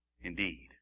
Indeed